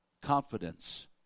confidence